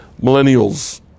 millennials